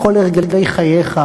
כל הרגלי חייך,